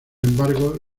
embargo